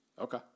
Okay